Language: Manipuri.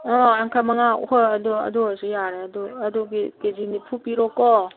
ꯑꯥ ꯌꯥꯡꯈꯩ ꯃꯉꯥ ꯍꯣꯏ ꯑꯗꯣ ꯑꯗꯨ ꯑꯣꯏꯔꯁꯨ ꯌꯥꯔꯦ ꯑꯗꯣ ꯑꯗꯨꯒꯤ ꯀꯦ ꯖꯤ ꯅꯤꯐꯨ ꯄꯤꯔꯣꯀꯣ